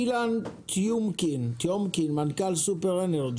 אילן טיומקין, מנכ"ל סופר NG